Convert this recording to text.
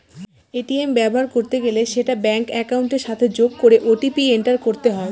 ATM ব্যবহার করতে গেলে সেটা ব্যাঙ্ক একাউন্টের সাথে যোগ করে ও.টি.পি এন্টার করতে হয়